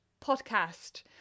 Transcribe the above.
podcast